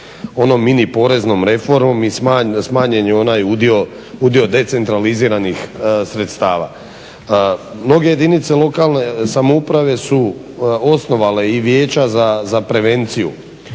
onom mini poreznom reformom i smanjen je onaj udio decentraliziranih sredstava. Mnoge jedinice lokalne samouprave su osnovala i vijeća za prevenciju